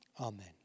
Amen